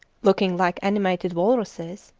looking like animated walruses,